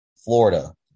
Florida